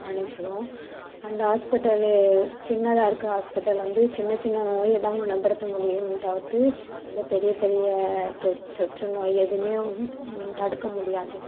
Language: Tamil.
நினைச்சிறோம் அந்த ஹாஸ்பிட்டலு சின்னதாக இருக்கிற ஹாஸ்பிட்டல் வந்து சின்ன சின்ன நோயை தான் குணப்படுத்த முடியுமே தவிர்த்து இந்த பெரிய பெரிய தொ தொற்று நோய் எதுவுமே தடுக்க முடியாது